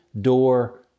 door